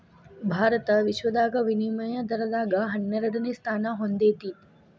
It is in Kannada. ಭಾರತ ವಿಶ್ವದಾಗ ವಿನಿಮಯ ದರದಾಗ ಹನ್ನೆರಡನೆ ಸ್ಥಾನಾ ಹೊಂದೇತಿ